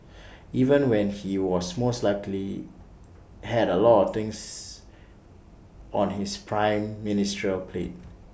even when he was most likely had A lot of things on his prime ministerial plate